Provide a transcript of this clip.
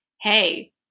hey